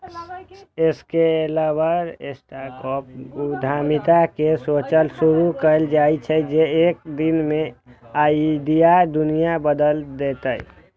scalable startup उद्यमिता ई सोचसं शुरू कैल जाइ छै, जे एक दिन ई आइडिया दुनिया बदलि देतै